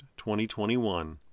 2021